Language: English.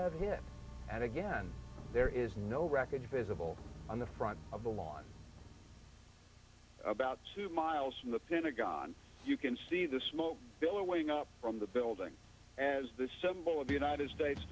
have hit and again there is no wreckage visible on the front of the lawn about two miles from the pentagon you can see the smoke billowing up from the building as this jumble of united states